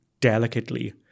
delicately